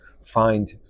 find